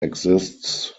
exists